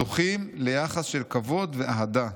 זוכים ליחס של כבוד ואהדה.